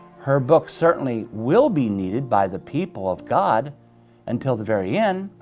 her books certainly will be needed by the people of god until the very end,